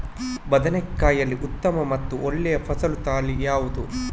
ಬದನೆಕಾಯಿಯಲ್ಲಿ ಉತ್ತಮ ಮತ್ತು ಒಳ್ಳೆಯ ಫಸಲು ತಳಿ ಯಾವ್ದು?